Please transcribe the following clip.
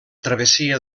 travessia